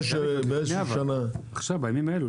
זה שבאיזושהי שנה --- עכשיו, בימים האלה.